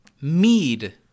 Mead